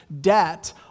debt